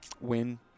win